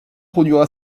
produira